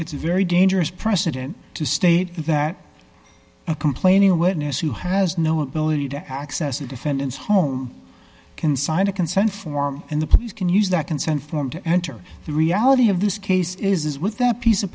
it's a very dangerous precedent to state that a complaining witness who has no ability to access a defendant's home can sign a consent form and the police can use that consent form to enter the reality of this case is with that piece of